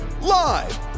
Live